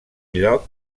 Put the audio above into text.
lloc